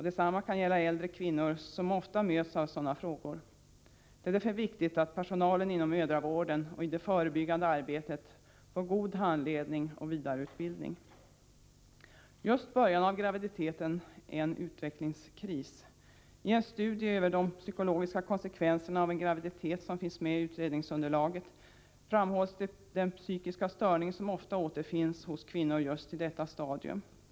Detsamma kan gälla äldre kvinnor, som ofta möts av sådana frågor. Det är därför viktigt att personalen inom mödravården och i det förebyggande arbetet får god handledning och vidareutbildning. Just i början av graviditeten kan en utvecklingskris uppstå. I en studie över de psykologiska konsekvenserna av en graviditet som finns med i utredningsunderlaget framhålls den psykiska störning som ofta återfinns hos kvinnor som befinner sig i ett tidigt stadium av en graviditet.